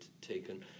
taken